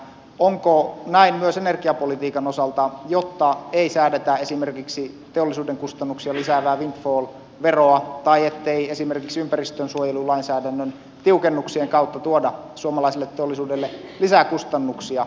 onko näin myös energiapolitiikan osalta ettei säädetä esimerkiksi teollisuuden kustannuksia lisäävää windfall veroa tai ettei esimerkiksi ympäristönsuojelulainsäädännön tiukennuksien kautta tuoda suomalaiselle teollisuudelle lisäkustannuksia